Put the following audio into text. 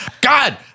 God